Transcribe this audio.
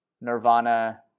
nirvana